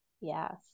Yes